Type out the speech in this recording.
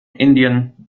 indien